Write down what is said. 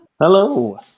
Hello